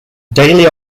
daily